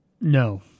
No